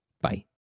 Bye